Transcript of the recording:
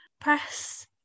Press